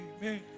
Amen